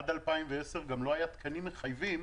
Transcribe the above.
עד 2010 גם לא היו תקנים מחייבים